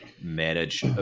manage